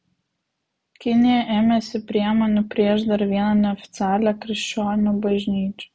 kinija ėmėsi priemonių prieš dar vieną neoficialią krikščionių bažnyčią